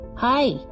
Hi